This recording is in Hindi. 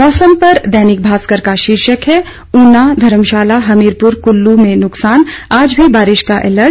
मौसम पर दैनिक भास्कर का शीर्षक है ऊना धर्मशाला हमीरपुर कुल्लू में नुकसान आज भी बारिश का अलर्ट